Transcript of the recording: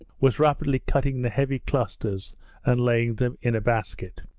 was rapidly cutting the heavy clusters and laying them in a basket.